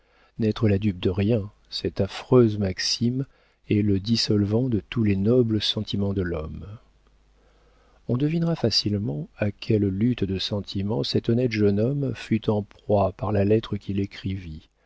n'être la dupe de rien cette affreuse maxime est le dissolvant de tous les nobles sentiments de l'homme on devinera facilement à quelle lutte de sentiments cet honnête jeune homme fut en proie par la lettre qu'il écrivit